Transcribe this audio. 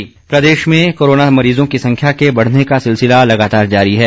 corona प्रदेश में corona मरीजों की संख्या के बढ़ने का सिलसिला लगातार जारी है